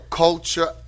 culture